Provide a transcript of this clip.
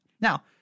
Now